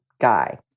guy